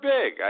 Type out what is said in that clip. big